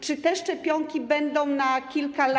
Czy te szczepionki będą na kilka lat.